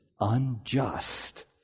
unjust